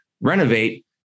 renovate